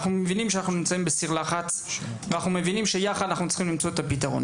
אנחנו מבינים את סיר הלחץ ואת הצורך במציאת פתרון.